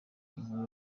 nkuru